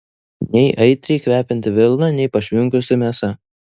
nei aitriai kvepianti vilna nei pašvinkusi mėsa